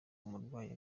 umurwayi